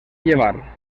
llevar